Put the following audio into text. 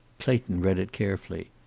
clayton read it carefully.